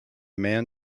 man